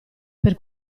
per